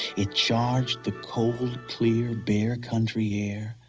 it charged the cold, clear bear country air.